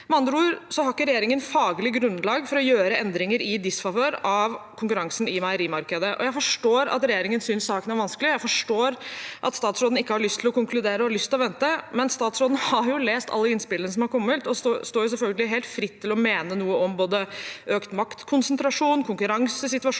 Med andre ord har ikke regjeringen faglig grunnlag for å gjøre endringer i disfavør av konkurransen i meierimarkedet. Jeg forstår at regjeringens synes saken er vanskelig, og jeg forstår at statsråden ikke har lyst til å konkludere og har lyst til å vente, men statsråden har jo lest alle innspillene som har kommet, og står selvfølgelig helt fritt til å mene noe om både økt maktkonsentrasjon, konkurransesituasjon